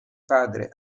padre